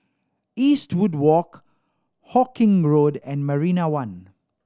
Eastwood Walk Hawkinge Road and Marina One